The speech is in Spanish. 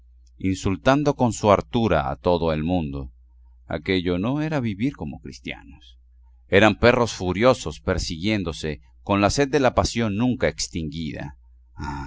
insultando con su hartura a todo el mundo aquello no era vivir como cristianos eran perros furiosos persiguiéndose con la sed de la pasión nunca extinguida